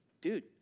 dude